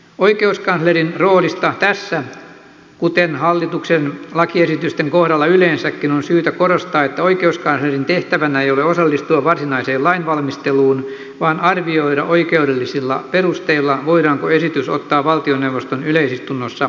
oikeuskanslerin roolista tässä kuten hallituksen lakiesitysten kohdalla yleensäkin on syytä korostaa että oikeuskanslerin tehtävänä ei ole osallistua varsinaiseen lainvalmisteluun vaan arvioida oikeudellisilla perusteilla voidaanko esitys ottaa valtioneuvoston yleisistunnossa päätettäväksi